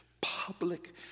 public